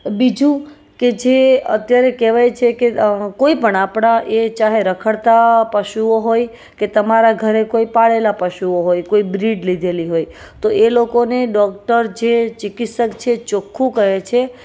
બીજું કે જે અત્યારે કહેવાય છે કે કોઈ પણ આપણા એ ચાહે રખડતાં પશુઓ હોય કે તમારા ઘરે કોઈ પાળેલાં પશુઓ હોય કોઈ બ્રીડ લીધેલી હોય તો એ લોકોને ડોક્ટર જે ચિકિત્સક છે ચોખ્ખું કહે છે